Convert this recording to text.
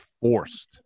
forced